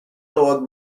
dog